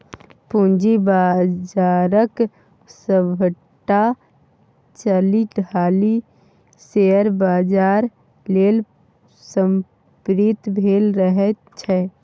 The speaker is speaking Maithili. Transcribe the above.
पूंजी बाजारक सभटा चालि ढालि शेयर बाजार लेल समर्पित भेल रहैत छै